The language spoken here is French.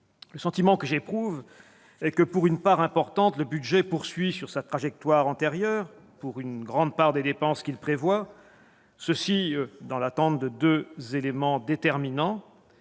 Le sentiment que j'éprouve est que, pour une part importante, le budget poursuit sur sa trajectoire antérieure pour une grande part des dépenses qu'il prévoit, et ce dans l'attente de deux éléments déterminants